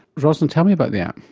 roslyn, tell me about the app.